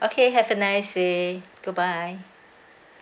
okay have a nice day goodbye